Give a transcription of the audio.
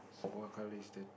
so what colour is the